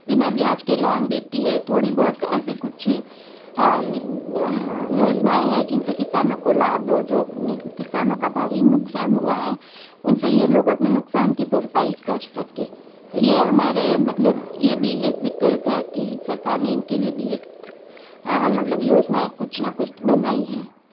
बिना ब्याज के लोन देती है थोड़ी बहुत ऐसे कुछ हाँ योजनाएँ है जिनसे किसानों को लाभ जो किसानों का भारी नुकसान हुआ है उनसे यह लोग अपने नुकसान की भरपाई कर सके तो यह हमारे मतलब यह भी एक विकल्प है कि सरकार ने इनके लिए भी एक मतलब योजनाएँ कुछ न कुछ बनाई है